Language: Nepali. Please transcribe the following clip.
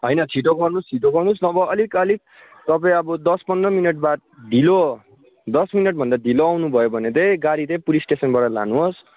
होइन छिट्टो गर्नुहोस् छिट्टो गर्नुहोस् नभए अलिक अलिक तपाईँ अब दस पन्ध्र मिनटबाद ढिलो दस मिनटभन्दा ढिलो आउनुभयो भने चाहिँ गाडी चाहिँ पुलिस स्टेसनबाट लानुहोस्